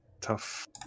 tough